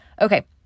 Okay